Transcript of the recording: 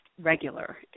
regular